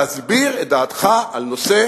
תסביר את דעתך על נושא